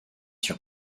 sur